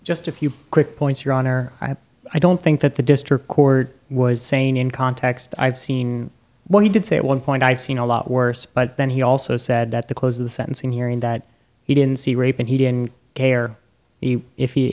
just a few quick points your honor i don't think that the district court was saying in context i've seen what he did say at one point i've seen a lot worse but then he also said at the close of the sentencing hearing that he didn't see rape and he didn't care if he if